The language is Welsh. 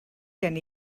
gen